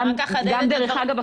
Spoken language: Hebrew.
דרך אגב,